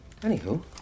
Anywho